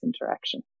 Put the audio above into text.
interaction